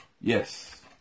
yes